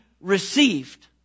received